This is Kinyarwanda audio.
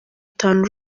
itanu